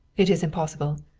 it is impossible.